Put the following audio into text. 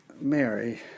Mary